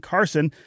Carson